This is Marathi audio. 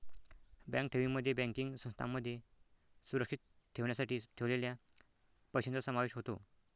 बँक ठेवींमध्ये बँकिंग संस्थांमध्ये सुरक्षित ठेवण्यासाठी ठेवलेल्या पैशांचा समावेश होतो